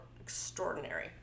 extraordinary